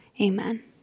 Amen